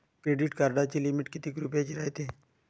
Credit कार्डाची limit कितीक रुपयाची रायते?